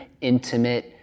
intimate